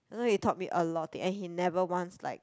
I know he taught me a lot of thing and he never once like